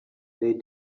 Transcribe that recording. they